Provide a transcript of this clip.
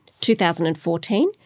2014